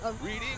Reading